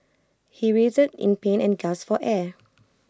he writhed in pain and gasped for air